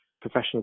professional